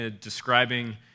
describing